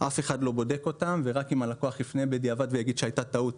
אף אחד לא בודק אותם ורק אם הלקוח יפנה בדיעבד ויגיד הייתה טעות,